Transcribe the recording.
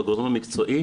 הוא הגורם המקצועי,